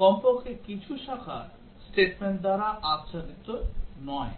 কমপক্ষে কিছু শাখা statement দ্বারা আচ্ছাদিত নয়